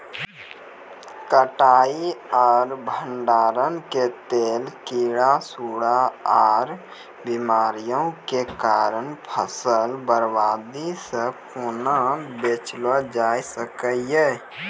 कटाई आर भंडारण के लेल कीड़ा, सूड़ा आर बीमारियों के कारण फसलक बर्बादी सॅ कूना बचेल जाय सकै ये?